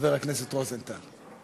חבר הכנסת רוזנטל.